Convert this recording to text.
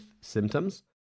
symptoms